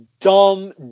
Dumb